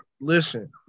Listen